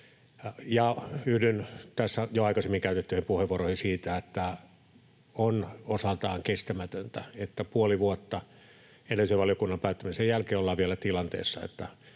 tässä jo aikaisemmin käytettyihin puheenvuoroihin siitä, että on osaltaan kestämätöntä, että puoli vuotta edellisen valiokunnan päättymisen jälkeen ollaan vielä tilanteessa,